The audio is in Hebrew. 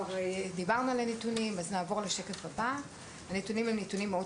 הם נתונים כואבים מאוד